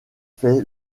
fait